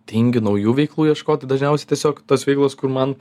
tingiu naujų veiklų ieškot dažniausiai tiesiog tos veiklos kur man